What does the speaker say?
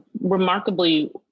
remarkably